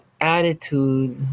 attitude